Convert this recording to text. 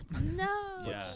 No